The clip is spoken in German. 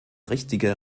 richtige